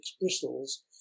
bristles